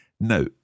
now